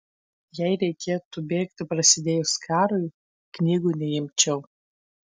jei reikėtų bėgti prasidėjus karui knygų neimčiau